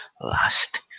last